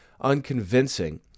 unconvincing